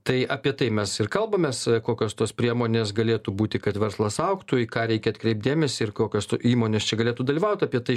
tai apie tai mes ir kalbamės kokios tos priemonės galėtų būti kad verslas augtų į ką reikia atkreipt dėmesį ir kokios įmonės čia galėtų dalyvaut apie tai